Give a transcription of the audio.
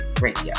radio